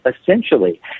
essentially